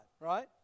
right